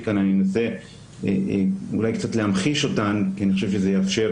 כאן אני אנסה אולי קצת להמחיש אותן כי אני חושב שזה יאפשר